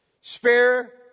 spare